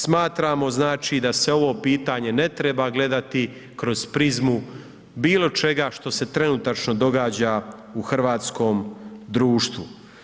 Smatramo znači da se ovo pitanje ne treba gledati kroz prizmu bilo čega što se trenutačno događa u Hrvatskom društvu.